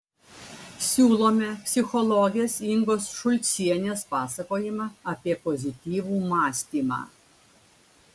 siūlome psichologės ingos šulcienės pasakojimą apie pozityvų mąstymą